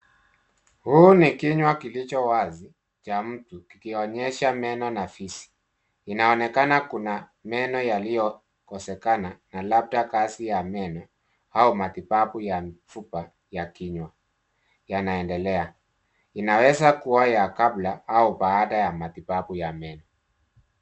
Huu ni kinywa kilicho wazi cha mtu kikionyesha meno na fizi inaonekana kuna meno yaliyokosekana na labda kasi ya meno au matibabu ya mifupa ya kinywa yanaendelea ,inaweza kuwa ya kabla au baada ya matibabu ya meno.